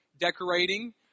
decorating